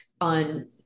on